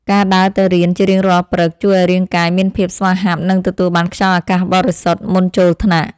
ការដើរទៅរៀនជារៀងរាល់ព្រឹកជួយឱ្យរាងកាយមានភាពស្វាហាប់ និងទទួលបានខ្យល់អាកាសបរិសុទ្ធមុនចូលថ្នាក់។